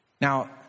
Now